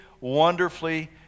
wonderfully